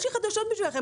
יש לי חדשות בשבילכם,